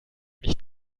nicht